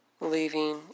leaving